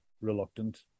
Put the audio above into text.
reluctant